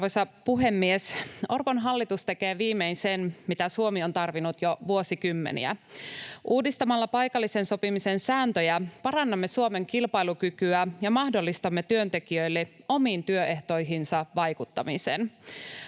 Arvoisa puhemies! Orpon hallitus tekee viimein sen, mitä Suomi on tarvinnut jo vuosikymmeniä. Uudistamalla paikallisen sopimisen sääntöjä parannamme Suomen kilpailukykyä ja mahdollistamme työntekijöille omiin työehtoihinsa vaikuttamisen.